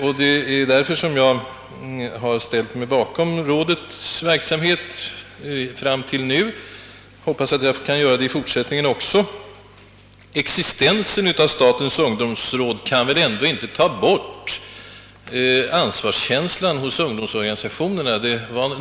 och det är därför jag hittills har ansett mig kunna ställa mig bakom rådets verksamhet. Jag hoppas att jag kan göra det även i fortsättningen. Blotta existensen av statens ungdomsråd kan väl ändå inte ta bort ansvarskänslan hos ungdomsorganisationerna?